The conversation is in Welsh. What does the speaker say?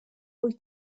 wyt